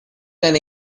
can